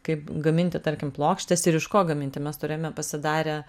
kaip gaminti tarkim plokštes ir iš ko gaminti mes turėjome pasidarę